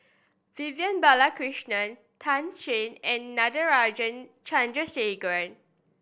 Vivian Balakrishnan Tan Shen and Natarajan Chandrasekaran